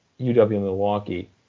UW-Milwaukee